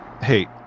Hey